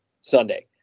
Sunday